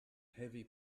heavy